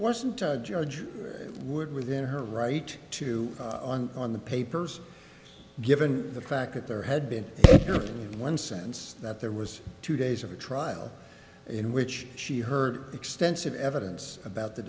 wasn't george wood within her right to on on the papers given the fact that there had been one sense that there was two days of a trial in which she heard extensive evidence about the